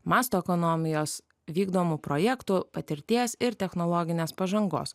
masto ekonomijos vykdomų projektų patirties ir technologinės pažangos